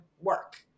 work